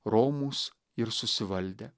romūs ir susivaldę